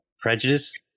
prejudice